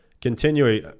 continuing